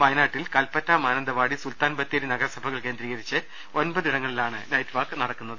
വയ നാട്ടിൽ കൽപ്പറ്റ മാനന്തവാടി സുൽത്താൻബത്തേരി നഗരസഭകൾ കേന്ദ്രീകരിച്ച് ഒൻപതിടങ്ങളിലാണ് നൈറ്റ് വാക്ക് നടക്കുന്നത്